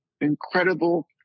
incredible